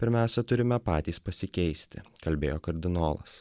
pirmiausia turime patys pasikeisti kalbėjo kardinolas